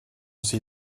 see